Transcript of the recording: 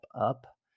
up